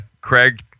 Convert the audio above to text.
Craig